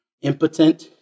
impotent